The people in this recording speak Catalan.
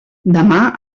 demà